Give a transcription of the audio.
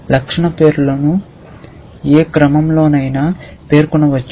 లక్షణ పేర్లను ఏ క్రమంలోనైనా పేర్కొనవచ్చు